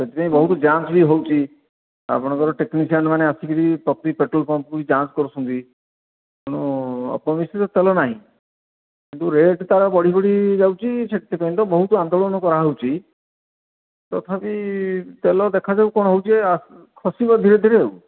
ସେଥିପାଇଁ ବହୁତ ଯାଞ୍ଚ୍ ବି ହେଉଛି ଆପଣଙ୍କର ଟେକ୍ନିସିଆନ୍ ମାନେ ଆସିକରି ପ୍ରତି ପେଟ୍ରୋଲ ପମ୍ପକୁ ଯାଞ୍ଚ୍ କରୁଛନ୍ତି ତେଣୁ ଅପମିଶ୍ରିତ ତେଲ ନାହିଁ କିନ୍ତୁ ରେଟ୍ ତା ର ବଢ଼ି ବଢ଼ି ଯାଉଛି ସେଥିପାଇଁ ତ ବହୁତ ଆନ୍ଦୋଳନ କରାହେଉଛି ତଥାପି ତେଲ ଦେଖାଯାଉ କଣ ହେଉଛି ଖସିବ ଧୀରେ ଧୀରେ ଆଉ